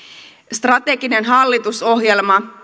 strateginen hallitusohjelma